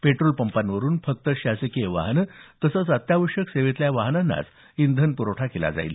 petrol पंपांवरून फक्त शासकीय वाहनं तसंच अत्यावश्यक सेवेतल्या वाहनांनाच इंधन पुरवठा होणार आहे